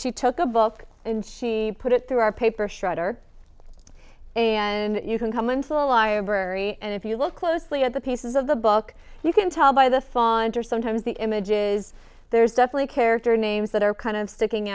she took a book and she put it through our paper shredder and you can come into a library and if you look closely at the pieces of the book you can tell by the font or sometimes the images there's definitely character names that are kind of sticking